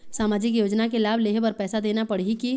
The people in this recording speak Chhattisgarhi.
सामाजिक योजना के लाभ लेहे बर पैसा देना पड़ही की?